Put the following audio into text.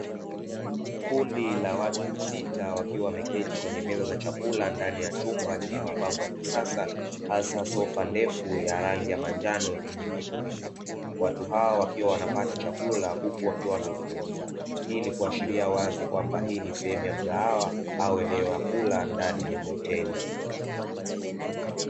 Kundi la watu sita wakiwa wameketi kwenye meza za chakula ndani ya chumba chenye mapambo ya kisasa hasa sofa ndefu ya rangi ya manjano yenye mito mingi. Watu hawa wakiwa wanapata chakula huku wakiwa wanazungumza hii ni kuashiria wazi kwamba hii ni sehemu mgahawa au eneo la kula ndani ya Hoteli.